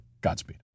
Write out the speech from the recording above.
Godspeed